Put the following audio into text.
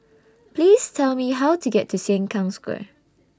Please Tell Me How to get to Sengkang Square